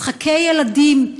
משחקי ילדים,